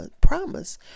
promise